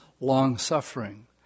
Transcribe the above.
long-suffering